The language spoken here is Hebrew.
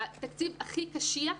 התקציב הכי קשיח,